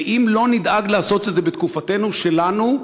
ואם לא נדאג לעשות את זה בתקופתנו שלנו,